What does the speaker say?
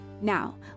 Now